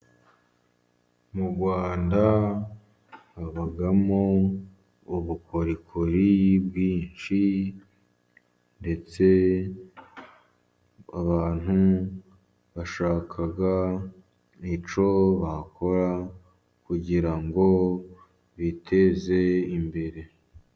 Mu Rwanda habamo ubukorikori bwinshi, ndetse abantu bashaka icyo bakora kugira ngo biteze imbere.